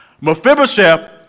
Mephibosheth